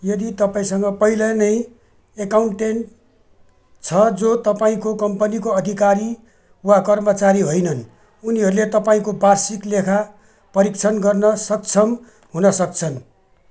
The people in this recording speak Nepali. यदि तपाईँँसँग पहिले नै एकाउन्टेन्ट छ जो तपाइँको कम्पनीको अधिकारी वा कर्मचारी होइनन् उनीहरूले तपाईँँको वार्षिक लेखा परीक्षण गर्न सक्षम हुन सक्छन्